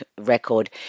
record